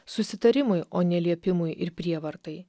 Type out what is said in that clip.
susitarimui o ne liepimui ir prievartai